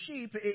sheep